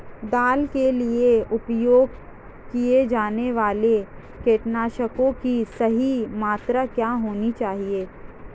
दाल के लिए उपयोग किए जाने वाले कीटनाशकों की सही मात्रा क्या होनी चाहिए?